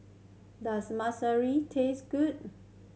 does taste good